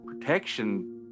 protection